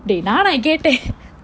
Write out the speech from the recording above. dey நானா கேட்டேன்:naanaa kaetten